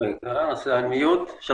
מהממשלה, ממטה ישראל דיגיטלית.